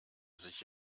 sich